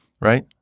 Right